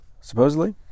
supposedly